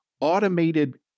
automated